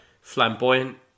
Flamboyant